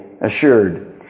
assured